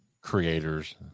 creators